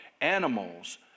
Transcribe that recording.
Animals